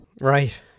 right